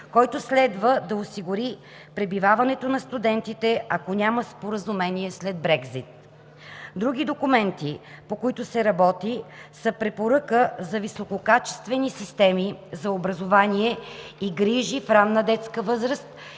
който следва да осигури пребиваването на студентите, ако няма споразумение след Брекзит. Други документи, по които се работи, са Препоръка за висококачествени системи за образование и грижи в ранна детска възраст